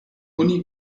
uni